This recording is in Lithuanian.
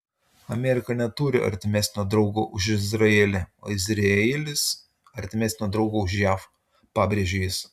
amerika neturi artimesnio draugo už izraelį o izraelis artimesnio draugo už jav pabrėžė jis